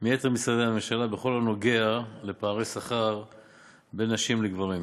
מיתר משרדי הממשלה בכל הנוגע לפערי שכר בין נשים לגברים.